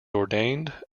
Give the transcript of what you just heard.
ordained